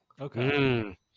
Okay